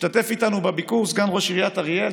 השתתף איתנו בביקור סגן ראש עיריית אריאל,